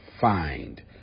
find